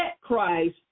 Christ